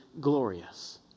glorious